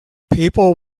people